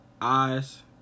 eyes